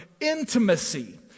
intimacy